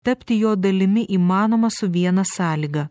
tapti jo dalimi įmanoma su viena sąlyga